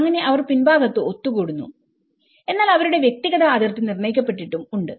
അങ്ങനെ അവർ പിൻഭാഗത്തു ഒത്തുകൂടുന്നു എന്നാൽ അവരുടെ വ്യക്തിഗത അതിർത്തി നിർണ്ണയിക്കപ്പെട്ടിട്ടും ഉണ്ട്